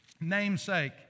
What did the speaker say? namesake